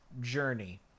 journey